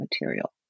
material